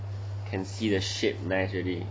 can see the shape nice already